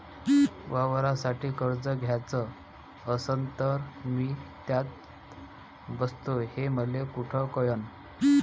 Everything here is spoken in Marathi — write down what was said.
वावरासाठी कर्ज घ्याचं असन तर मी त्यात बसतो हे मले कुठ कळन?